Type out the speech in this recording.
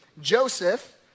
Joseph